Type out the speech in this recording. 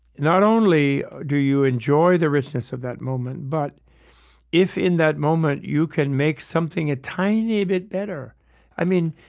not only do you enjoy the richness of that moment, but if in that moment you can make something a tiny bit better i mean,